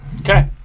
Okay